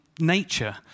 nature